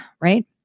right